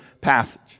passage